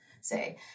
say